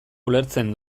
ulertzen